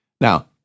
Now